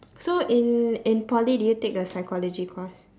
so in in poly did you take a psychology course